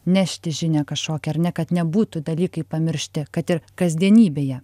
nešti žinią kažkokią ar ne kad nebūtų dalykai pamiršti kad ir kasdienybėje